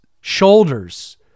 shoulders